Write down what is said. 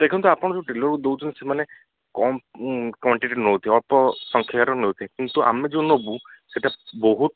ଦେଖନ୍ତୁ ଆପଣ ଯେଉଁ ଡିଲରକୁ ଦେଉଛନ୍ତି ସେମାନେ କମ୍ କ୍ୱାଣ୍ଟିଟି ନେଉଥିବେ ଅଳ୍ପ ସଂଖ୍ୟାରେ ନେଉଥିବେ କିନ୍ତୁ ଆମେ ଯେଉଁ ନେବୁ ସେଇଟା ବହୁତ